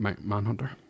Manhunter